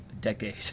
decade